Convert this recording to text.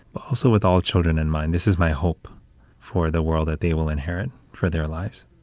also, with all children in mind, this is my hope for the world that they will inherit for their lives.